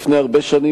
לפני הרבה שנים,